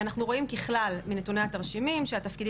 אנחנו רואים ככלל מנתוני התרשימים שהדירוגים